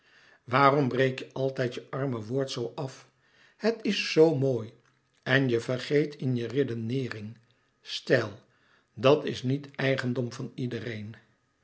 waarom breek je altijd je arme woord zoo af het is zoo mooi en je vergeet in je redeneering stijl dat is niet eigendom van iedereen